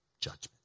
Judgment